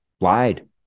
lied